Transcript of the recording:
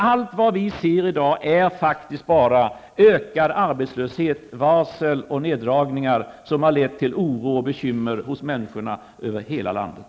Allt vad vi ser i dag är faktiskt bara ökad arbetslöshet, varsel och neddragningar, vilket har lett till oro och bekymmer för människorna över hela landet.